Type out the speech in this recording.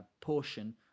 portion